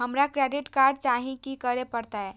हमरा credit card चाही की करे परतै?